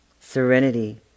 serenity